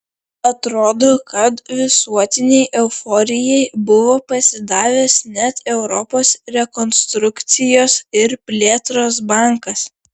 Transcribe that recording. atrodo kad visuotinei euforijai buvo pasidavęs net europos rekonstrukcijos ir plėtros bankas